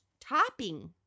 topping